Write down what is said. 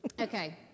Okay